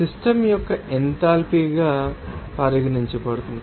system యొక్క ఎంథాల్పీగా పరిగణించబడుతుంది